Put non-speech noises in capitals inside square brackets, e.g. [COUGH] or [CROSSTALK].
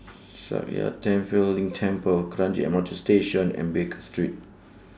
[NOISE] Sakya Tenphel Ling Temple Kranji M R T Station and Baker Street